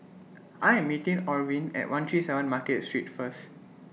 I Am meeting Orvin At one three seven Market Street First